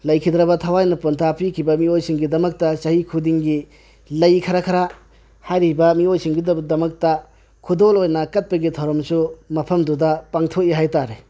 ꯂꯩꯈꯤꯗ꯭ꯔꯕ ꯊꯋꯥꯏꯅ ꯄꯣꯟꯊꯥ ꯄꯤꯈꯤꯕ ꯃꯤꯑꯣꯏ ꯁꯤꯡꯒꯤ ꯗꯃꯛꯇꯥ ꯆꯍꯤ ꯈꯨꯗꯤꯡꯒꯤ ꯂꯩ ꯈꯔ ꯈꯔ ꯍꯥꯏꯔꯤꯕ ꯃꯤꯑꯣꯏꯁꯤꯡꯗꯨ ꯗꯃꯛꯇ ꯈꯨꯗꯣꯜ ꯑꯣꯏꯅ ꯀꯠꯄꯒꯤ ꯊꯧꯔꯝꯁꯨ ꯃꯐꯝꯗꯨꯗ ꯄꯥꯡꯊꯣꯛꯏ ꯍꯥꯏꯇꯥꯔꯦ